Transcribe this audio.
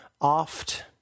oft